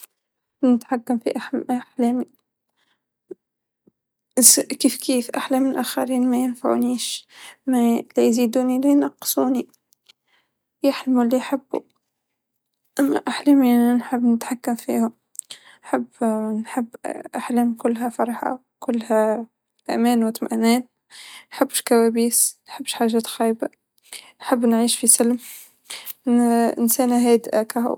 راح اختار اتحكم باحلامي انو احلامي هي انا هي ذاتي او الاشياء اللي انا نفسي اتصير وما قد صارت لي بعد او كان نفسي تصير بالماضي وما صارت لي بالماضي فراح اتحكم فيها بحطلها حد الأحلام والطموح الزايد مرة يضر فاعتقد اني اتحكم باحلامي واضع لها حدودها.